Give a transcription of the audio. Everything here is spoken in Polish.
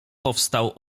powstał